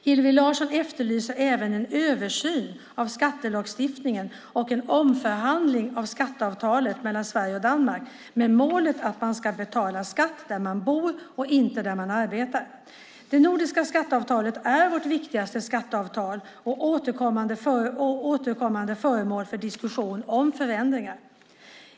Hillevi Larsson efterlyser även en översyn av skattelagstiftningen och en omförhandling av skatteavtalet mellan Sverige och Danmark, med målet att man ska betala skatt där man bor och inte där man arbetar. Det nordiska skatteavtalet är vårt viktigaste skatteavtal och återkommande föremål för diskussioner om förändringar.